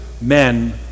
men